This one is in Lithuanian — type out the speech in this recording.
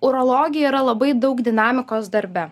urologija yra labai daug dinamikos darbe